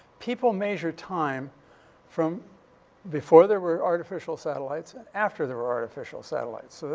people measure time from before there were artificial satellites and after there were artificial satellites.